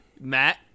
Matt